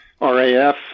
RAF